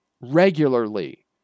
regularly